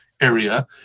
area